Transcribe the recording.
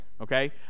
Okay